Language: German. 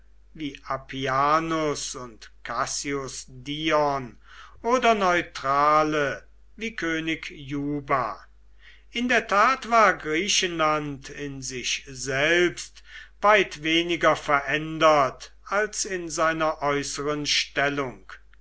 wie appianus und cassius dion oder neutrale wie könig juba in der tat war griechenland in sich selbst weit weniger verändert als in seiner äußeren stellung